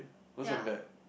what's wrong with that